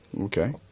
Okay